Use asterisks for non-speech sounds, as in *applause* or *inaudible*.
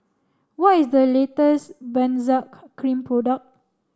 what is the latest Benzac *unintelligible* cream product